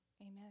Amen